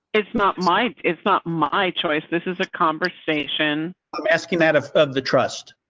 it's not my, it's not my choice. this is a conversation i'm asking that of of the trust.